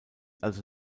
also